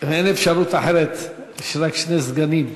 אין אפשרות אחרת, יש רק שני סגנים.